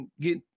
get